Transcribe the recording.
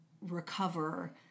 recover